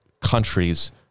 countries